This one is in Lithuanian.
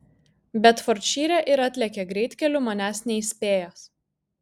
bedfordšyre ir atlėkė greitkeliu manęs neįspėjęs